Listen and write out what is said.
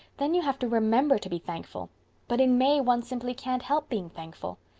then you have to remember to be thankful but in may one simply can't help being thankful.